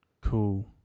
Cool